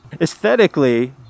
aesthetically